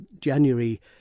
January